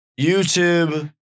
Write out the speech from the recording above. YouTube